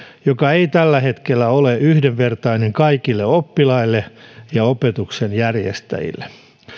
joka ei tällä hetkellä ole yhdenvertainen kaikille oppilaille ja opetuksen järjestäjille